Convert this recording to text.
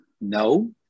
No